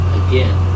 again